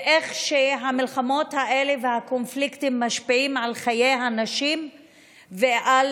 ואיך שהמלחמות האלה והקונפליקטים משפיעים על חיי הנשים ועל